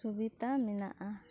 ᱥᱩᱵᱤᱫᱷᱟ ᱢᱮᱱᱟᱜᱼᱟ